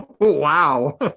Wow